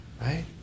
Right